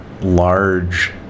large